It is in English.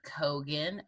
Kogan